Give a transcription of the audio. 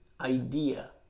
idea